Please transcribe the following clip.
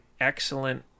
excellent